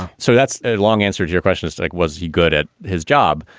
so that's a long answer to your questions. like, was he good at his job?